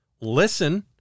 listen